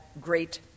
great